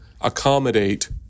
accommodate